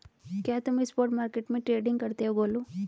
क्या तुम spot market में ट्रेडिंग करते हो गोलू?